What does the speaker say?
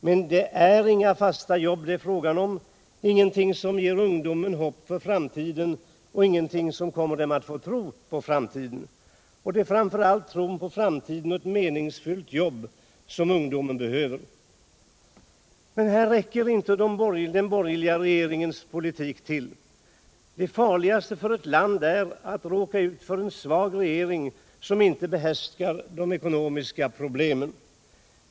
Men de är inte några fasta jobb, ingenting som ger ungdomen hopp för framtiden och ingenting som kommer dem att tro på framtiden. Och det är framför allt tro på framtiden och ett meningsfullt jobb som ungdomen behöver. Men här räcker inte den borgerliga regeringens politik till. Det farligaste ett land kan råka ut för är en svag regering som inte behärskar de ekonomiska problemen.